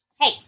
Hey